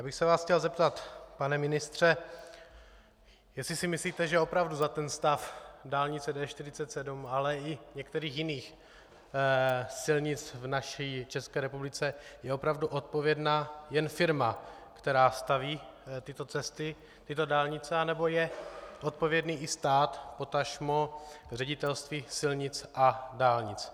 Já bych se vás chtěl zeptat, pane ministře, jestli si myslíte, že opravdu za ten stav dálnice D47, ale i některých jiných silnic v naší České republice je opravdu odpovědná jen firma, která staví tyto dálnice, nebo je odpovědný i stát, potažmo Ředitelství silnic a dálnic.